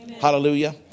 Hallelujah